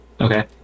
Okay